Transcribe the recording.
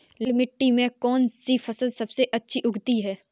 लाल मिट्टी में कौन सी फसल सबसे अच्छी उगती है?